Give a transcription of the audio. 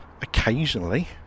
occasionally